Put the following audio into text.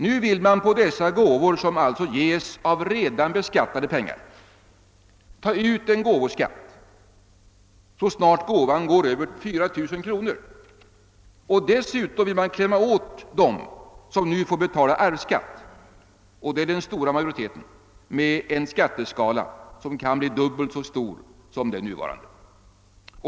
Nu vill man på dessa gåvor, som alltså ges av redan beskattade pengar, ta ut en gåvoskatt så snart gåvans värde överstiger 4000 kronor, och dessutom vill man klämma åt dem som nu får betala arvsskatt — det är den stora majoriteten — genom en skatteskala som kan medföra dubbelt så hög skatt som den nuvarande.